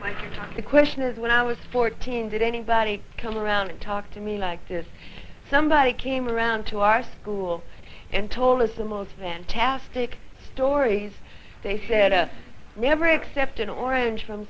the question is when i was fourteen did anybody come around and talk to me like this somebody came around to our school and told us the most fantastic stories they said us never accept an orange from